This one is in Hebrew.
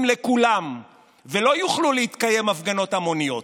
לכולם ולא יוכלו להתקיים הפגנות המוניות.